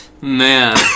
Man